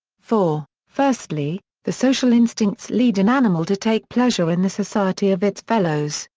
for, firstly, the social instincts lead an animal to take pleasure in the society of its fellows,